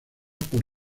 por